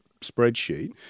spreadsheet